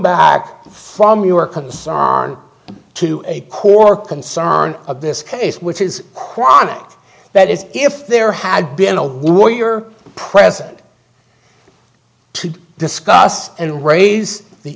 back from your concern to a core concern of this case which is chronic that is if there had been a warrior president to discuss and raise the